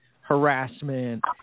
harassment